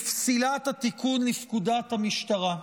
לפסילת התיקון לפקודת המשטרה,